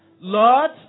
Lord